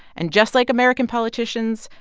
and just like american politicians,